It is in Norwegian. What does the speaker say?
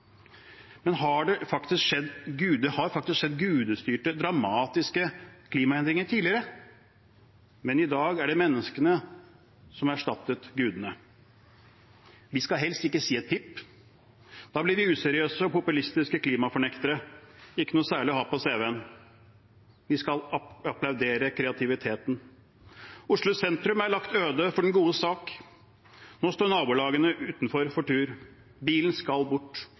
Det har faktisk skjedd gudestyrte dramatiske klimaendringer tidligere. Men i dag er det menneskene som har erstattet gudene. Vi skal helst ikke si et pip. Da blir vi useriøse og populistiske klimafornektere – ikke noe særlig å ha på cv-en. Vi skal applaudere kreativiteten. Oslo sentrum er lagt øde for den gode sak. Nå står nabolagene utenfor for tur. Bilen skal bort,